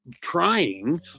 trying